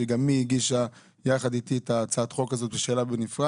שגם היא הגישה יחד איתי את הצעת החוק הזאת ושלה בנפרד.